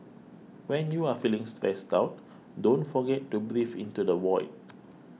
when you are feeling stressed out don't forget to breathe into the void